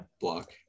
block